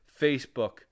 Facebook